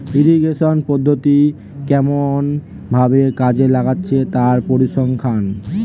irrigation পদ্ধতি কেমন ভাবে কাজে লাগছে তার পরিসংখ্যান